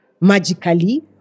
magically